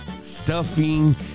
stuffing